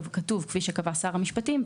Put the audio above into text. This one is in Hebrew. כתוב: כפי שקבע שר המשפטים,